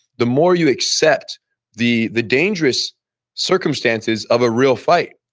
the more you accept the the dangerous circumstances of a real fight.